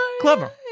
Clever